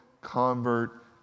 convert